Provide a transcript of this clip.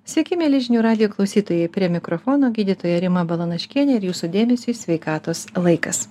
sveiki mieli žinių radijo klausytojai prie mikrofono gydytoja rima balanaškienė ir jūsų dėmesiui sveikatos laikas